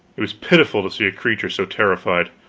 it was pitiful to see a creature so terrified,